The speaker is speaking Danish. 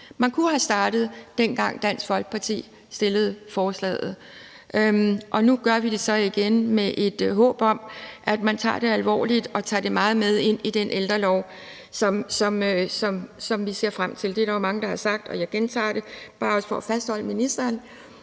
Man kunne have startet, dengang Dansk Folkeparti fremsatte forslaget. Nu gør vi det så igen med et håb om, at man tager det alvorligt og tager det med ind i den ældrelov, som vi ser frem til. Der er jo mange, der har sagt det – og jeg gentager det, også bare for at fastholde ministeren